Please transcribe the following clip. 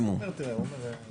לא, למה פה אחד?